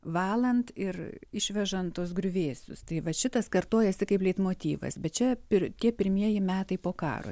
valant ir išvežant tuos griuvėsius tai vat šitas kartojasi kaip leitmotyvas bet čia per tie pirmieji metai po karo